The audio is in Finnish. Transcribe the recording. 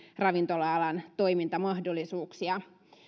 ravintola alan toimintamahdollisuuksia